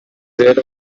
rero